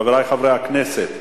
התשע"א